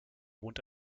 wohnt